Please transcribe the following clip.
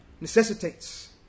necessitates